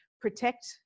protect